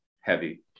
heavy